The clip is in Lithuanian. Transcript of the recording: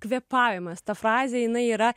kvėpavimas ta frazė jinai yra